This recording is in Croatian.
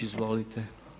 Izvolite.